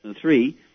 three